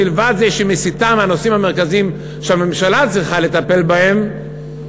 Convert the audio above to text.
מלבד זה שהיא מסיטה מהנושאים המרכזיים שהממשלה צריכה לטפל בהם,